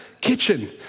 kitchen